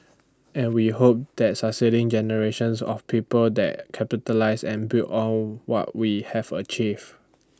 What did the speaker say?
and we hope that succeeding generations of people that capitalise and build on what we have achieved